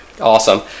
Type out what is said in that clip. Awesome